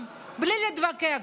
בלי להתווכח,